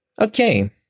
Okay